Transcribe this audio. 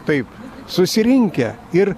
taip susirinkę ir